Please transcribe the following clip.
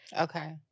Okay